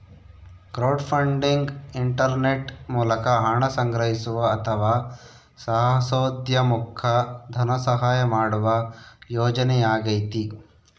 crowdfunding internet ಮೂಲಕ ಹಣ ಸಂಗ್ರಹಿಸುವ ಅಥವಾ ಸಾಹಸೋದ್ಯಮುಕ್ಕ ಧನಸಹಾಯ ಮಾಡುವ ಯೋಜನೆಯಾಗೈತಿ